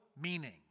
meaning